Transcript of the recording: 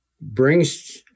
brings